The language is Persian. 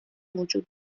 وجود